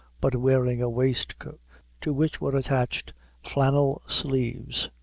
but wearing a waistcoat to which were attached flannel sleeves,